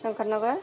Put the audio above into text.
Shankarnagar